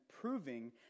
proving